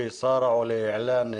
אתמול.